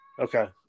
Okay